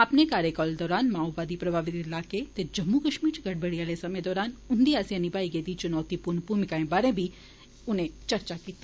अपने कार्यकाल दौरान माओवादी प्रमावित इलाके ते जम्मू कश्मीर च गड़बड़ी आले समें दौरान उन्दे आस्सेआ निमाई गेदी चुनौतिपूर्ण भूमिकाएं बारै बी चर्चा कीती